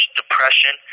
depression